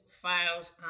files